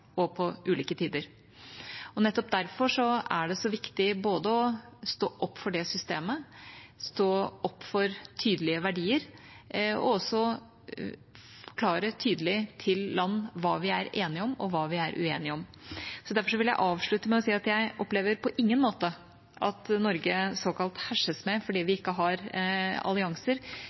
og på ulike tider. Nettopp derfor er det så viktig både å stå opp for det systemet, stå opp for tydelige verdier, og også forklare tydelig til land hva vi er enige om, og hva vi er uenige om. Derfor vil jeg avslutte med å si at jeg opplever på ingen måte at Norge såkalt herses med fordi vi ikke har allianser.